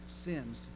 sins